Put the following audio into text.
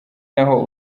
naho